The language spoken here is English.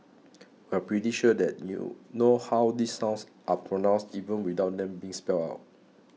we are pretty sure you know how these sounds are pronounced even without them being spelled out